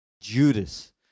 Judas